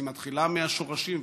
היא מתחילה מהשורשים,